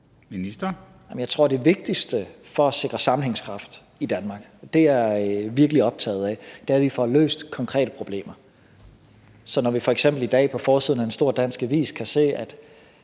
Tesfaye): Jeg tror, at det vigtigste for at sikre sammenhængskraften i Danmark – og det er jeg virkelig optaget af – er, at vi får løst konkrete problemer. Så når vi f.eks. i dag på forsiden af en stor dansk avis kan se, at